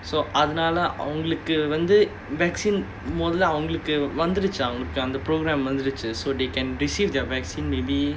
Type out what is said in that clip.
அதுனால அவர்களுக்கு வந்து:athunaala avagalukku vanthu vaccine மொதல்ல அவங்களுக்கு வந்துடுச்சி அவங்களுக்கு அந்த:mothalla avangalukku vanthuduchi avangalukku antha programme வந்துடுச்சி:vanthuduchi so they can receive their vaccine maybe